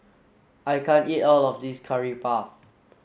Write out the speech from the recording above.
I can't eat all of this curry puff